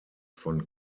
von